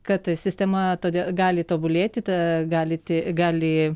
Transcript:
kad sistema todė gali tobulėti tą galit gali